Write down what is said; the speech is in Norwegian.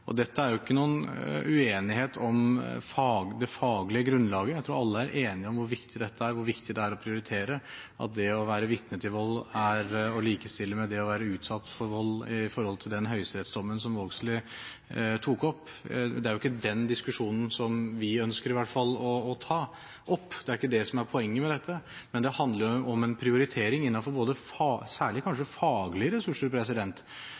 hvor viktig dette er – hvor viktig det er å prioritere at det å være vitne til vold er å likestille med det å være utsatt for vold – med hensyn til den høyesterettsdommen som representanten Vågslid tok opp. Det er ikke den diskusjonen vi ønsker å ta opp, og det er ikke det som er poenget med dette. Dette handler om en prioritering innenfor særlig faglige ressurser.